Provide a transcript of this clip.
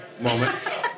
moment